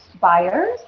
buyers